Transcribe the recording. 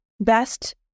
Best